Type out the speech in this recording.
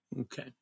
Okay